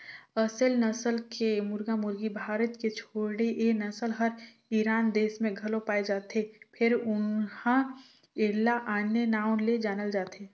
असेल नसल के मुरगा मुरगी भारत के छोड़े ए नसल हर ईरान देस में घलो पाये जाथे फेर उन्हा एला आने नांव ले जानल जाथे